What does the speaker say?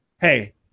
Hey